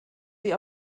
sie